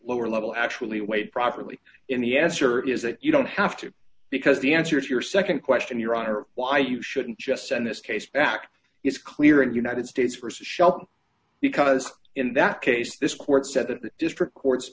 lower level actually weighed properly in the answer is that you don't have to because the answer to your nd question your honor why you shouldn't just send this case back is clear and united states versus shelton because in that case this court said that the district courts